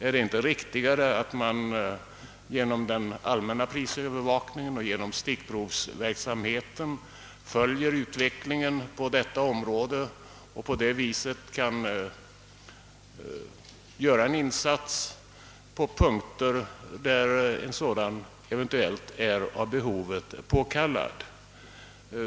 Är det inte riktigare att man genom allmän prisövervakning och genom stickprovsundersökningar följer utvecklingen på området och gör insatser på avsnitt där sådana eventuellt är av behovet påkallade?